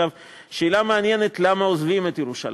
שאלה מעניינת, למה עוזבים את ירושלים.